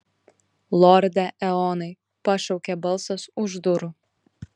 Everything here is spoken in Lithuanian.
lorde eonai pašaukė balsas už durų